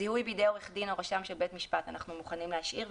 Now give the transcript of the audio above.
זיהוי בידי עורך דין או רשם של בית משפט אנחנו מוכנים להשאיר.